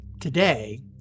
Today